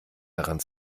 daran